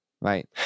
Right